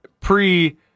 pre-